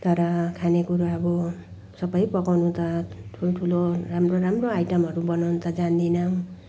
तर खानेकुरा अब सबै पकाउनु त ठुल्ठुलो राम्रो राम्रो आइटमहरू बनाउनु त जान्दिनँ